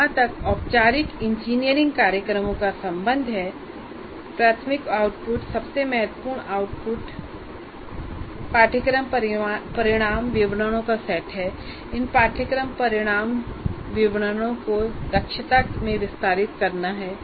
जहां तक औपचारिक इंजीनियरिंग कार्यक्रमों का संबंध है प्राथमिक आउटपुट सबसे महत्वपूर्ण आउटपुट पाठ्यक्रम परिणाम विवरणों का सेट है और इन पाठ्यक्रम परिणाम विवरणों को दक्षताओं में विस्तारित करना है